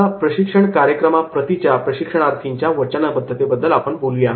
आता प्रशिक्षण कार्यक्रमाप्रतीच्या प्रशिक्षणार्थींच्या वचनबद्धते बद्दल आपण बघूया